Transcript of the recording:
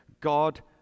God